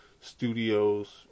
studios